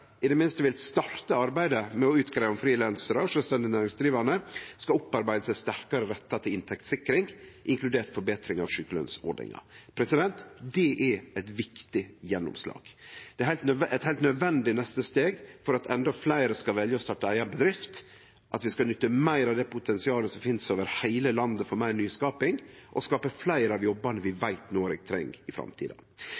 i det minste vil starte arbeidet med å utgreie om frilansarar og sjølvstendig næringsdrivande skal opparbeide seg sterkare rettar til inntektssikring, inkludert forbetring av sjukelønsordninga. Det er eit viktig gjennomslag. Det er eit heilt nødvendig neste steg for at endå fleire skal velje å starte eiga bedrift, og at vi skal nytte meir av det potensialet som finst over heile landet for meir nyskaping og skape fleire av jobbane vi